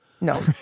No